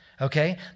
Okay